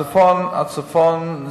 הצפון,